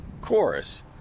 chorus